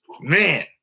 Man